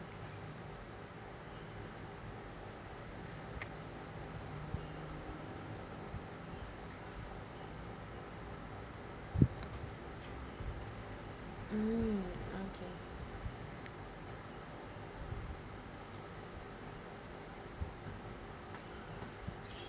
mm okay